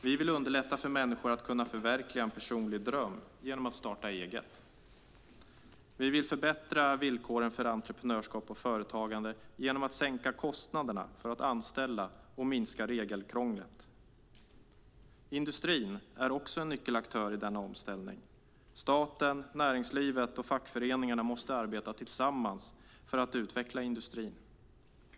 Vi vill underlätta för människor att förverkliga en personlig dröm genom att starta eget. Vi vill förbättra villkoren för entreprenörskap och företagande genom att sänka kostnaderna för att anställa och genom att minska regelkrånglet. Industrin är också en nyckelaktör i denna omställning. Staten, näringslivet och fackföreningarna måste arbeta tillsammans för att utveckla industrin.